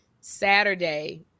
Saturday